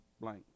blank